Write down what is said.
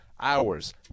hours